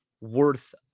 worth